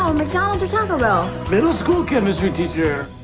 um mcdonalds or tacobell? middle-school chemistry teacher.